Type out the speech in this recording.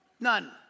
None